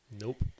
Nope